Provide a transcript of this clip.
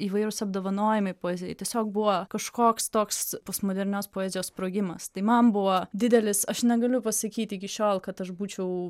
įvairūs apdovanojimai poezijai tiesiog buvo kažkoks toks postmodernios poezijos sprogimas tai man buvo didelis aš negaliu pasakyti iki šiol kad aš būčiau